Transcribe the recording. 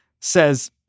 says